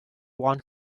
one